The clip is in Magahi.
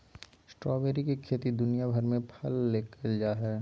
स्ट्रॉबेरी के खेती दुनिया भर में फल ले कइल जा हइ